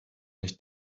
nicht